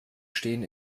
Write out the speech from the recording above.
stehen